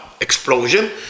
explosion